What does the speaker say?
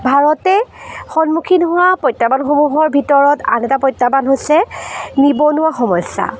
ভাৰতে সন্মুখীন হোৱা প্ৰত্যাহ্বানসমূহৰ ভিতৰত আন এটা প্ৰত্যাহ্বান হৈছে নিবনুৱা সমস্যা